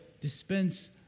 dispense